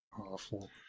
Awful